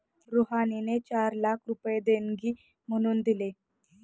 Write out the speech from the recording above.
रुहानीने चार लाख रुपये देणगी म्हणून दिले